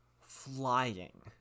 flying